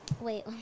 Wait